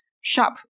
Shop